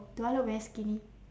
do I look very skinny